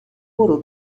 برو